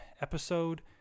episode